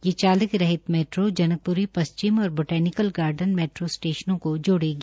ये चालक रहित मैट्रो जनकप्री सश्चिम और वोटेनिकल गार्डन मैट्रो स्टेशनों को जोडेगी